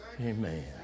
Amen